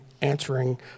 answering